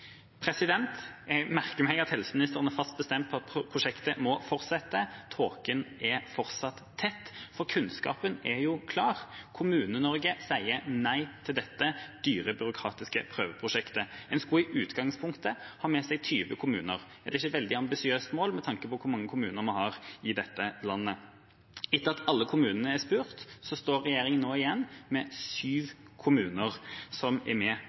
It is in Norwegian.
Jeg merker meg at helseministeren er fast bestemt på at prosjektet må fortsette. Tåken er fortsatt tett, for kunnskapen er jo klar. Kommune-Norge sier nei til dette dyre, byråkratiske prøveprosjektet. En skulle i utgangspunktet ha med seg 20 kommuner. Det er ikke et veldig ambisiøst mål med tanke på hvor mange kommuner vi har i dette landet. Etter at alle kommunene er spurt, står regjeringa nå igjen med syv kommuner som er med